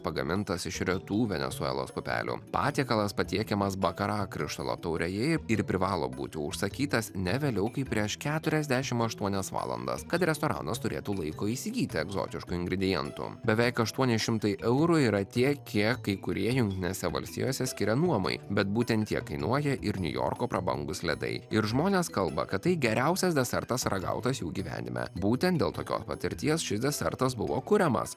pagamintas iš retų venesuelos pupelių patiekalas patiekiamas bakara krištolo taurėje ir privalo būti užsakytas ne vėliau kaip prieš keturiasdešimt aštuonias valandas kad restoranas turėtų laiko įsigyti egzotiškų ingredientų beveik aštuoni šimtai eurų yra tiek kiek kai kurie jungtinėse valstijose skiria nuomai bet būtent tiek kainuoja ir niujorko prabangūs ledai ir žmonės kalba kad tai geriausias desertas ragautas jų gyvenime būtent dėl tokios patirties šis desertas buvo kuriamas